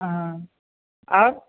हाँ और